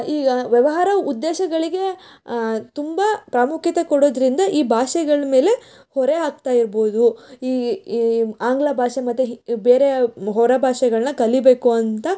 ಈಗ ವ್ಯವಹಾರ ಉದ್ದೇಶಗಳಿಗೇ ತುಂಬ ಪ್ರಾಮುಖ್ಯತೆ ಕೊಡೋದರಿಂದ ಈ ಭಾಷೆಗಳ ಮೇಲೆ ಹೊರೆ ಆಗ್ತಾ ಇರ್ಬೋದು ಈ ಈ ಆಂಗ್ಲ ಭಾಷೆ ಮತ್ತು ಈ ಬೇರೆ ಹೊರಭಾಷೆಗಳನ್ನ ಕಲಿಯಬೇಕು ಅಂತ